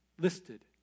listed